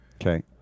okay